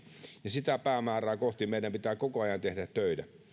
ja sitä päämäärää kohti meidän pitää koko ajan tehdä töitä